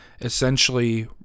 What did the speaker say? essentially